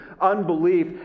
Unbelief